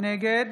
נגד